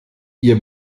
ihr